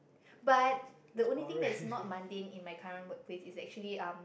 but the only thing that is not mundane in my current workplace is actually um